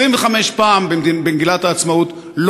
25 פעם במגילת העצמאות,